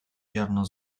ziarno